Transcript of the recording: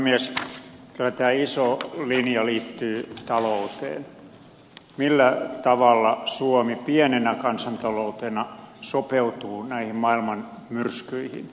kyllä tämä iso linja liittyy ta louteen millä tavalla suomi pienenä kansanta loutena sopeutuu näihin maailman myrskyihin